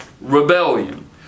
Rebellion